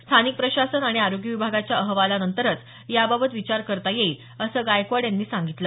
स्थानिक प्रशासन आणि आरोग्य विभागाच्या अहवालानंतरच याबाबत विचार करता येईल असं गायकवाड यांनी सांगितलं